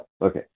okay